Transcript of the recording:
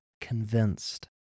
convinced